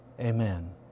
Amen